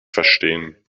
verstehen